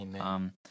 Amen